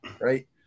right